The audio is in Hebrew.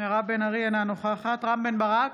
אינה נוכחת רם בן ברק,